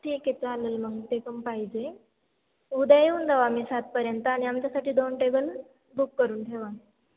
ठीक आहे चालेल मग ते पण पाहिजे उद्या येऊन जाऊ आम्ही सातपर्यंत आणि आमच्यासाठी दोन टेबल बुक करून ठेवा